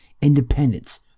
independence